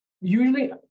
usually